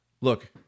Look